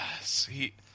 see